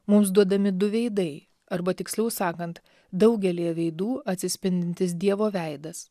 mums duodami du veidai arba tiksliau sakant daugelyje veidų atsispindintis dievo veidas